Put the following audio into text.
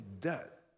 debt